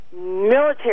military